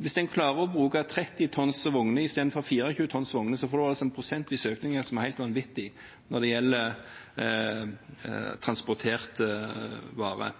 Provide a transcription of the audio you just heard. Hvis man klarer å bruke 30 tonns vogner i stedet for 24 tonns vogner, får man en prosentvis økning som er helt vanvittig når det gjelder transporterte varer.